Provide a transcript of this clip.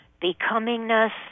becomingness